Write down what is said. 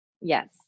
yes